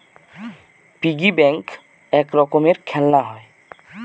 piggy bank এক রকমের খেলনা হয়